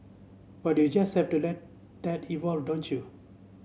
but you just have to let that evolve don't you